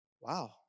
Wow